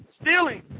stealing